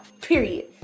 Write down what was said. period